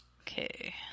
okay